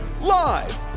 Live